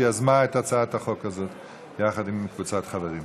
שיזמה את הצעת החוק הזאת יחד עם קבוצת חברים.